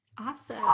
Awesome